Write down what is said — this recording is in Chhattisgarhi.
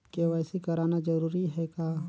के.वाई.सी कराना जरूरी है का?